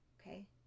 okay